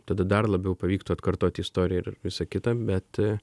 tada dar labiau pavyktų atkartoti istoriją ir visa kita bet